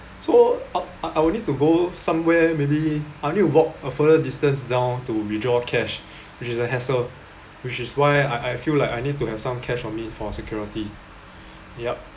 so I I would need to go somewhere maybe I need to walk a further distance down to withdraw cash which is a hassle which is why I I feel like I need to have some cash on me for security yup